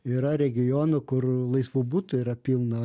yra regionų kur laisvų butų yra pilna